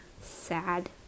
sad